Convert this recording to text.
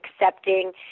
accepting